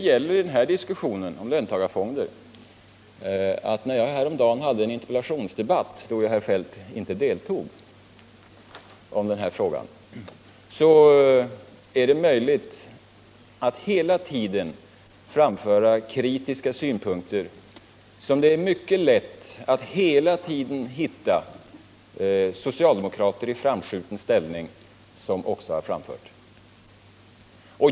I den diskussionen — häromdagen hade jag en interpellationsdebatt om detta som herr Feldt inte deltog i — är det mycket lätt att hela tiden framföra kritiska synpunkter som socialdemokrater i framskjuten ställning också framfört.